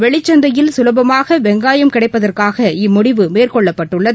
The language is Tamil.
வெளிச்சந்தையில் சுலபமாக வெங்காயம் கிடைப்பதற்காக இம்முடிவு மேற்கொள்ளப்பட்டுள்ளது